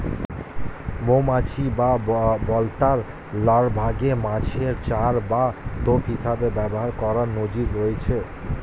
মৌমাছি বা বোলতার লার্ভাকে মাছের চার বা টোপ হিসেবে ব্যবহার করার নজির রয়েছে